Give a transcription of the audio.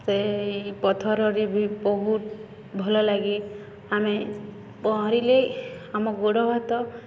ସେ ପଥରରେ ବି ବହୁତ ଭଲ ଲାଗେ ଆମେ ପହଁରିଲେ ଆମ ଗୋଡ଼ ହାତ